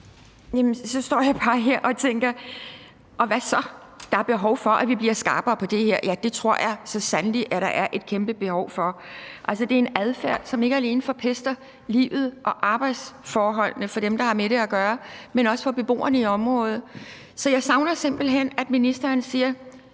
så står jeg bare her tænker: Og hvad så? Der er behov for, at vi bliver skarpere på det her. Ja, det tror jeg så sandelig at der er et kæmpe behov for. Altså, det er en adfærd, som ikke alene forpester livet og arbejdsforholdene for dem, der har med det at gøre, men også for beboerne i området. Så jeg savner simpelt hen, at ministeren siger: